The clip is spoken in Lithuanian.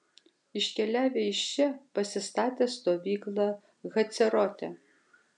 iškeliavę iš čia pasistatė stovyklą hacerote